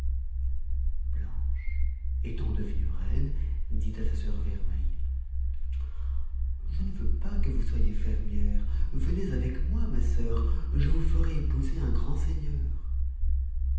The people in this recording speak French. blanche étant devenue reine dit à sa sœur vermeille je ne veux pas que vous soyez fermière venez avec moi ma sœur je vous ferai épouser un grand seigneur